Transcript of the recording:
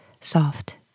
soft